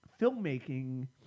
filmmaking